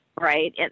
right